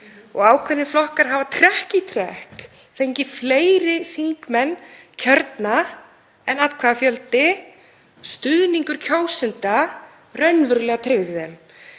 og ákveðnir flokkar hafa trekk í trekk fengið fleiri þingmenn kjörna en atkvæðafjöldi, stuðningur kjósenda, raunverulega tryggði þeim.